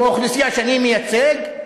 כמו האוכלוסייה שאני מייצג,